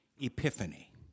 epiphany